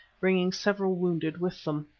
bringing several wounded with them.